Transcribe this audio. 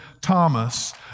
Thomas